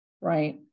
Right